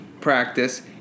practice